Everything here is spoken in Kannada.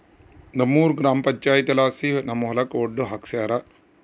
ನಮ್ಮೂರ ಗ್ರಾಮ ಪಂಚಾಯಿತಿಲಾಸಿ ನಮ್ಮ ಹೊಲಕ ಒಡ್ಡು ಹಾಕ್ಸ್ಯಾರ